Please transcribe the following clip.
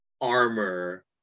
armor